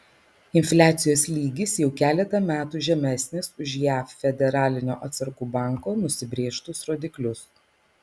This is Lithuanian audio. infliacijos lygis jau keletą metų žemesnis už jav federalinio atsargų banko nusibrėžtus rodiklius